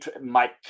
Mike